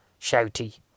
shouty